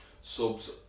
Subs